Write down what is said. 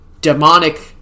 demonic